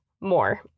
more